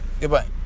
goodbye